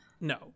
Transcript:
No